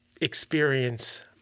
experience